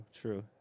true